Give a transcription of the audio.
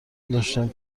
داشتم